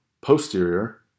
posterior